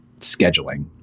scheduling